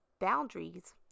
boundaries